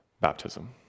baptism